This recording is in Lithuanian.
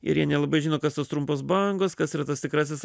ir jie nelabai žino kas tos trumpos bangos kas yra tas tikrasis